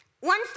One